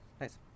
Nice